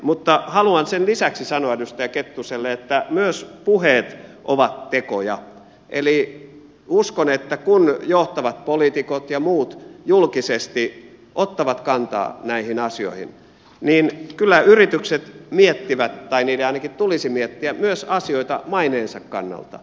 mutta haluan sen lisäksi sanoa edustaja kettuselle että myös puheet ovat tekoja eli uskon että kun johtavat poliitikot ja muut julkisesti ottavat kantaa näihin asioihin niin kyllä yritykset miettivät tai niiden ainakin tulisi miettiä asioita myös maineensa kannalta